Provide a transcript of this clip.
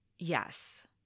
Yes